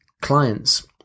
clients